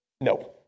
No